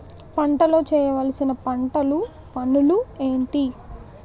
పంటలో చేయవలసిన పంటలు పనులు ఏంటి?